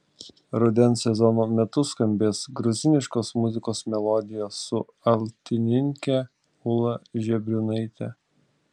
rudens sezono metu skambės gruziniškos muzikos melodijos su altininke ūla žebriūnaite